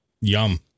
Yum